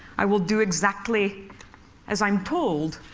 i will do exactly as i'm told.